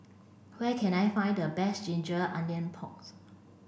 where can I find the best Ginger Onion Porks